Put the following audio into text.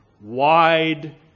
wide